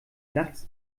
nachts